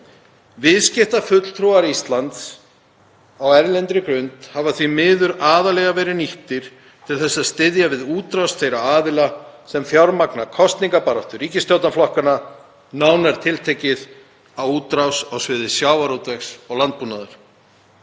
Viðskiptafulltrúar Íslands á erlendri grund hafa því miður aðallega verið nýttir til að styðja við útrás þeirra aðila sem fjármagna kosningabaráttu ríkisstjórnarflokkanna, nánar tiltekið í útrás á sviði sjávarútvegs og landbúnaðar.